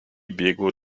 biegło